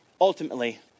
Ultimately